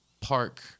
park